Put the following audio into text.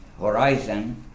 horizon